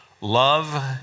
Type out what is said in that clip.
Love